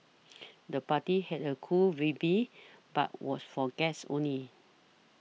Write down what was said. the party had a cool vibe but was for guests only